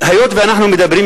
היות שאנחנו מדברים,